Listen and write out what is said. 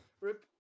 rip